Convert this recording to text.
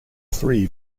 three